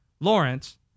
Lawrence